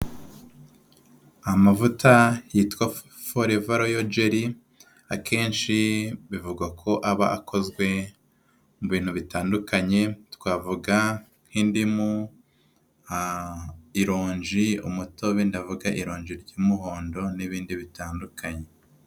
Amavuta yitwa ''foreva royo jeri''. Akenshi bivugwa ko aba akozwe mu bintu bitandukanye twavuga; nk'indimu, ironji, umutobe ndavuga ironji ry'umuhondo n'ibindi bitandukanye.